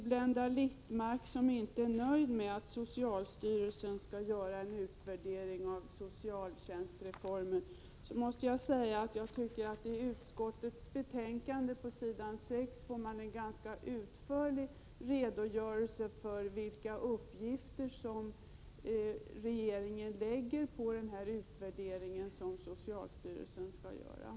Blenda Littmarck är inte nöjd med att socialstyrelsen skall göra en utvärdering av socialtjänstlagen. Jag tycker att man på s. 6 i utskottets betänkande får en ganska utförlig redogörelse för de uppgifter som regeringen gett socialstyrelsen när det gäller denna utvärdering.